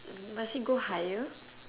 must it go higher